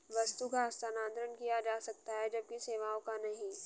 वस्तु का हस्तांतरण किया जा सकता है जबकि सेवाओं का नहीं